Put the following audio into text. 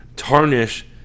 tarnish